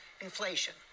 inflation